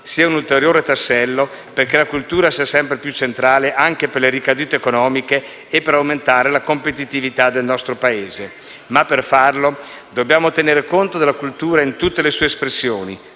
sia un ulteriore tassello perché la cultura sia sempre più centrale anche per le ricadute economiche e per aumentare la competitività del nostro Paese. Ma per farlo dobbiamo tenere conto della cultura in tutte le sue espressioni,